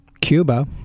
Cuba